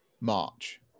March